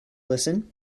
listen